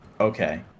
okay